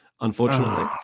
unfortunately